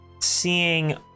seeing